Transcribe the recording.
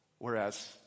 Whereas